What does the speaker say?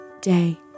day